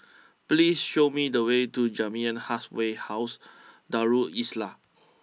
please show me the way to Jamiyah Halfway house Darul Islah